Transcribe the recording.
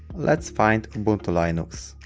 let's find ubuntu linux